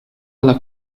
alla